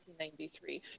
1993